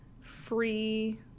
free